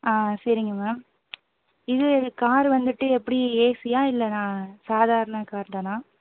ஆ சரிங்க மேம் இது இது காரு வந்துட்டு எப்படி ஏசியா இல்லை நான் சாதாரண கார் தானா